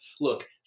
look